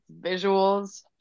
visuals